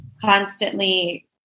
constantly